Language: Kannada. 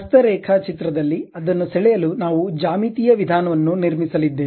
ಹಸ್ತ ರೇಖಾಚಿತ್ರದಲ್ಲಿ ಅದನ್ನು ಸೆಳೆಯಲು ನಾವು ಜ್ಯಾಮಿತೀಯ ವಿಧಾನವನ್ನು ನಿರ್ಮಿಸಲಿದ್ದೇವೆ